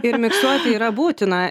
ir miksuoti yra būtina